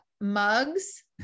mugs